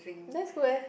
that's good eh